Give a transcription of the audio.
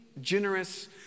generous